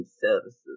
services